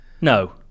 no